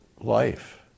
life